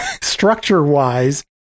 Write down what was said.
structure-wise